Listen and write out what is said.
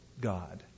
God